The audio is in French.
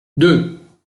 deux